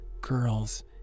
girls